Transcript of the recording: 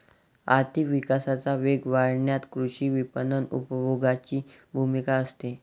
आर्थिक विकासाचा वेग वाढवण्यात कृषी विपणन उपभोगाची भूमिका असते